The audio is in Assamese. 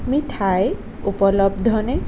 মিঠাই উপলব্ধনে